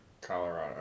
Colorado